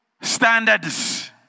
standards